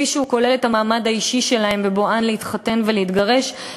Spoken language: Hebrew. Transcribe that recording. כפי שהוא כולל את המעמד האישי שלהן בבואן להתחתן ולהתגרש,